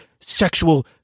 sexual